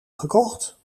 gekocht